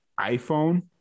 iPhone